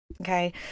Okay